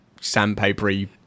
sandpapery